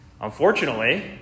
Unfortunately